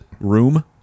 Room